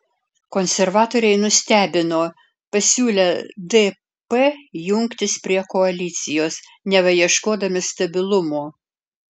konservatoriai nustebino pasiūlę dp jungtis prie koalicijos neva ieškodami stabilumo